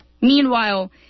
Meanwhile